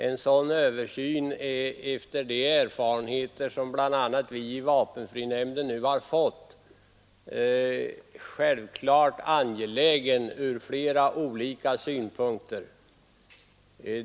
En sådan översyn är efter de erfarenheter som bl.a. vi i vapenfrinämnden nu fått angelägen ur flera olika synpunkter.